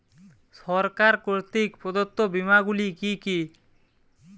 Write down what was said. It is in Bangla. সরকার কর্তৃক প্রদত্ত বিমা গুলি কি কি?